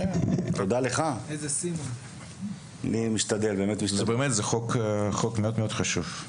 זהו באמת חוק מאוד חשוב.